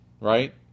right